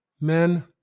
men